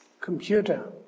computer